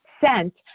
sent